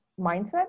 mindset